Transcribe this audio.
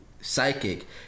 Psychic